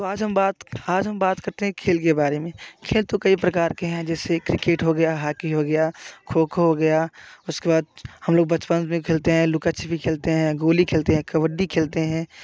तो आज हम बात आज हम बात करते हैं खेल के बारे में फिर तो कई प्रकार के हैं जैसे क्रिकेट हो गया हाकी हो गया खो खो गया उसके बाद हम लोग बचपन में खेलते हैं लुका छिपी खेलते हैं गोली खेलते हैं कबड्डी खेलते हैं